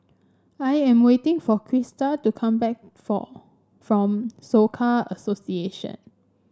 I am waiting for Christa to come back for from Soka Association